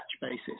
basis